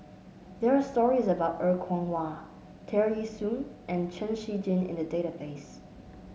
there are stories about Er Kwong Wah Tear Ee Soon and Chen Shiji in the database